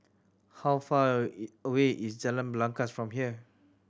how far a it away is Jalan Belangkas from here